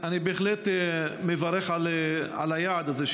אני בהחלט מברך על היעד הזה,